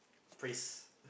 priest